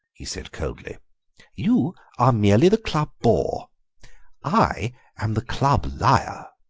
he said coldly you are merely the club bore i am the club liar.